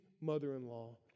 mother-in-law